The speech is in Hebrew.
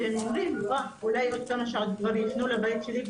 והם אומרים אולי בעוד כמה שעות כבר יפנו לבית שלי,